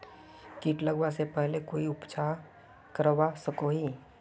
किट लगवा से पहले कोई उपचार करवा सकोहो ही?